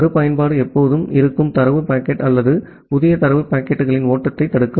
மறுபயன்பாடு எப்போதும் இருக்கும் தரவு பாக்கெட் அல்லது புதிய தரவு பாக்கெட்டுகளின் ஓட்டத்தை தடுக்கும்